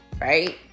right